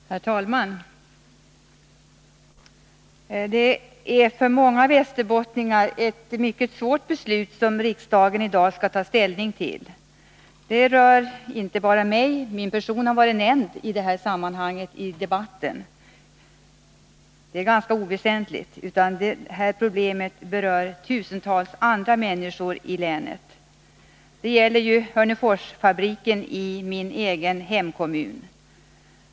Herr talman! Det är för många västerbottningar ett mycket svårt beslut som riksdagen i dag skall ta ställning till. Det rör inte bara mig — min person har nämnts i sammanhanget, jag är ganska oväsentlig — utan det här problemet berör tusentals andra människor i länet. Det gäller ju Hörneforsfabriken i min egen hemkommun.